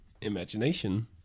Imagination